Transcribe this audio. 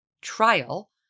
trial